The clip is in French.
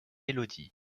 élodie